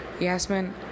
Yasmin